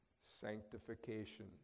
sanctification